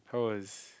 how was